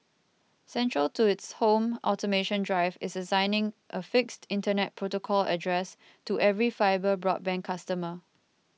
central to its home automation drive is assigning a fixed Internet protocol address to every fibre broadband customer